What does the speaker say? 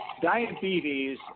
Diabetes